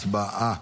הצבעה.